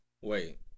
wait